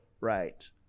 right